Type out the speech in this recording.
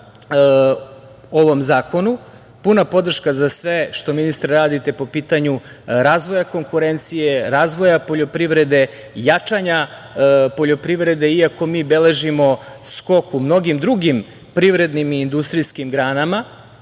ovom zakonu, puna podrška za sve što ministre radite po pitanju razvoja konkurencije, razvoja poljoprivrede, jačanja poljoprivrede, iako mi beležimo skok u mnogim drugim privredim i industrijskim granama